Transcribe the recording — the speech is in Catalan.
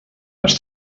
les